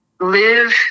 live